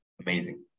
amazing